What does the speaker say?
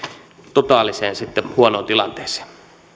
totaalisen huonoon tilanteeseen